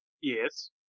Yes